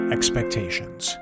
Expectations